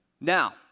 Now